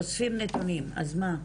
אוספים נתונים ואז מה?